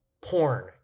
porn